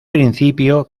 principio